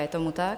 Je tomu tak?